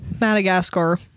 Madagascar